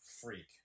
freak